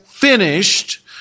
finished